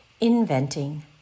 Inventing